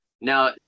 now